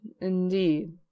indeed